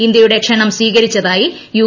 ഇന്ത്യയുടെ ക്ഷണം അർഗ്ലീകരിച്ചതായി യു